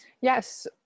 Yes